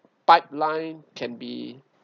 pipeline can be